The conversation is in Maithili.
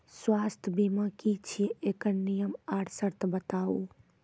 स्वास्थ्य बीमा की छियै? एकरऽ नियम आर सर्त बताऊ?